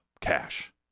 cash